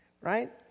right